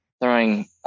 throwing